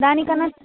దానికన్నా